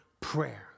prayer